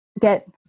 get